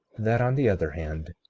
that on the other hand,